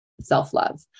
self-love